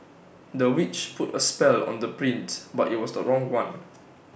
the witch put A spell on the prince but IT was the wrong one